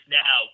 now